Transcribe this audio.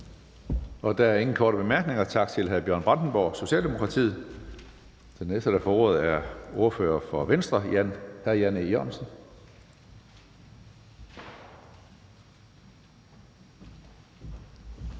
Der er ingen korte bemærkninger. Tak til hr. Bjørn Brandenborg, Socialdemokratiet. Den næste, der får ordet, er ordføreren for Venstre, hr. Jan E. Jørgensen.